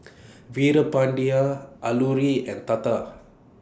Veerapandiya Alluri and Tata